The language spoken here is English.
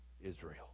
Israel